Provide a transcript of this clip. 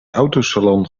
autosalon